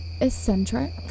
eccentric